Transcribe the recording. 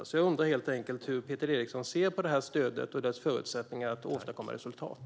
Jag undrar helt enkelt hur Peter Eriksson ser på detta stöd och dess förutsättningar att åstadkomma resultat.